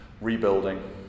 rebuilding